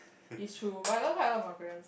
is true but I don't tie a lot my friends